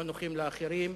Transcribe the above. לא נוחים לאחרים,